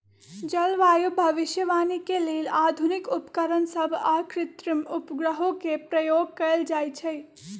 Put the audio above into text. जलवायु भविष्यवाणी के लेल आधुनिक उपकरण सभ आऽ कृत्रिम उपग्रहों के प्रयोग कएल जाइ छइ